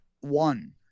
One